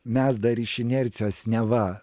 mes dar iš inercijos neva